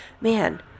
man